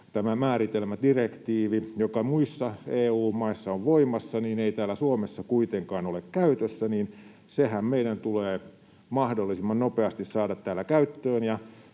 tämä määritelmädirektiivi, joka muissa EU-maissa on käytössä, ei täällä Suomessa kuitenkaan ole käytössä, ja sehän meidän tulee mahdollisimman nopeasti saada täällä käyttöön.